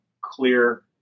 clear